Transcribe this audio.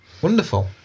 Wonderful